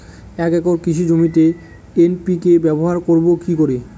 এক একর কৃষি জমিতে এন.পি.কে ব্যবহার করব কি করে?